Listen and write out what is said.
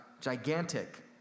gigantic